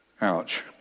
Ouch